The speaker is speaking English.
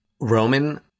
Roman